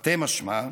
תרתי משמע,